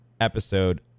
episode